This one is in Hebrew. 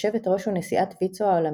יושבת ראש ונשיאת ויצו העולמית,